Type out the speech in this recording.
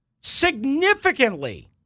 significantly